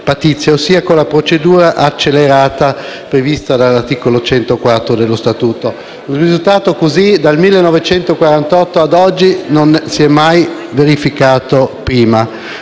ossia con la procedura accelerata prevista dall'articolo 104 dello Statuto. Un risultato così, dal 1948 a oggi, non si è mai verificato.